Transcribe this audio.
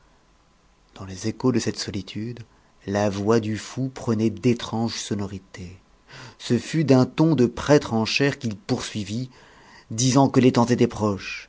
dans les échos de cette solitude la voix du fou prenait d'étranges sonorités ce fut d'un ton de prêtre en chaire qu'il poursuivit disant que les temps étaient proches